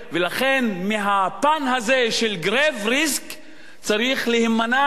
מהפן הזה של grave risk צריך להימנע אפילו מלחשוב